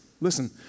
listen